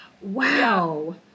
wow